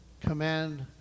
command